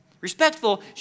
Respectful